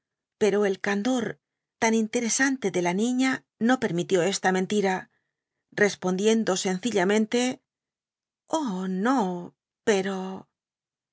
pero el candor tan interesante de la niña no permitió esta mentirarespondiendo sencillamente ce oh no pero